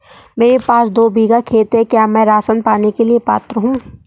मेरे पास दो बीघा खेत है क्या मैं राशन पाने के लिए पात्र हूँ?